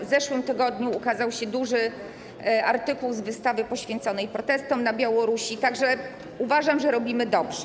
W zeszłym tygodniu ukazał się duży artykuł dotyczący wystawy poświęconej protestom na Białorusi, tak że uważam, że robimy dobrze.